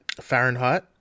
Fahrenheit